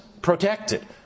protected